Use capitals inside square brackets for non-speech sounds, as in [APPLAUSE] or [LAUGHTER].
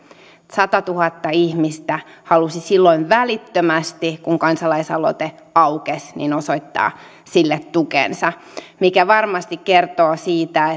satatuhatta ihmistä halusi silloin välittömästi kun kansalaisaloite aukesi osoittaa sille tukensa mikä varmasti kertoo siitä [UNINTELLIGIBLE]